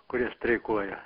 kurie streikuoja